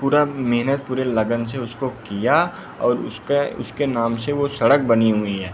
पूरा मेहनत पूरे लगन से उसको किया और उसका उसके नाम से वह सड़क बनी हुई ऐ